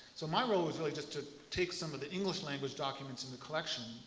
so my role was really just to take some of the english language documents in the collection,